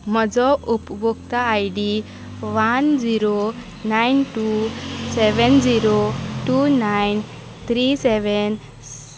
म्हजो उपभोक्ता I D one zero nine two seven zero two nine three seven